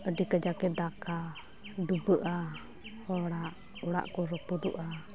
ᱟᱹᱰᱤ ᱠᱟᱡᱟᱠᱮ ᱫᱟᱜᱟ ᱰᱩᱵᱟᱹᱜᱼᱟ ᱦᱚᱲᱟ ᱚᱲᱟᱜ ᱠᱚ ᱨᱟᱹᱯᱩᱫᱚᱜᱼᱟ